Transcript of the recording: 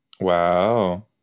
wow